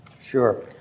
Sure